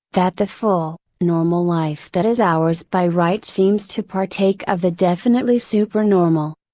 that the full, normal life that is ours by right seems to partake of the definitely super normal.